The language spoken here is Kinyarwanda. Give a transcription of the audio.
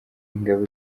ingabo